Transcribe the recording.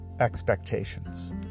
expectations